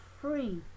free